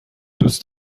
دوست